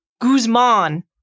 Guzman